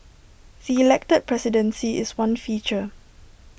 the elected presidency is one feature